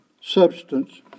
substance